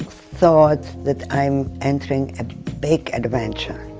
thought that i'm entering a big adventure.